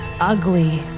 ugly